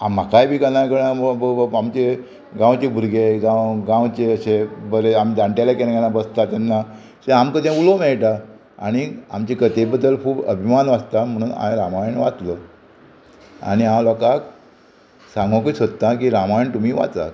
आं म्हाकाय बी केन्नाय आमचे गांवचे भुरगे जावं गांवचे अशे बरे आमी जाणटेले केन्ना केन्ना बसतात तेन्ना ते आमकां तें उलोवंक मेळटा आनी आमचे कथे बद्दल खूब अभिमान जो आसता म्हणून हांयें रामायण वाचलो आनी हांव लोकांक सांगोकूय सोदतां की रामायण तुमी वाचात